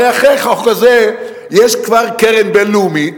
הרי אחרי החוק הזה יש כבר קרן בין-לאומית